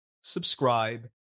subscribe